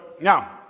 now